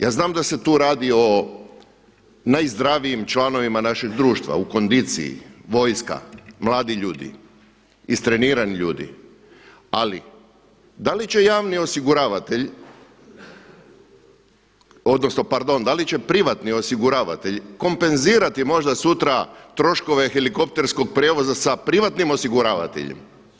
Ja znam da se tu radi o najzdravijim članovima našeg društva u kondiciji, vojska, mladi ljudi, istrenirani ljudi, ali da li će javni osiguravatelj odnosno pardon da li će privatni osiguravatelj kompenzirati možda sutra troškove helikopterskog prijevoza sa privatnim osiguravateljem.